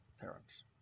parents